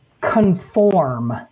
conform